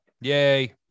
Yay